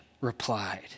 replied